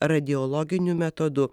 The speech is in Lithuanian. radiologiniu metodu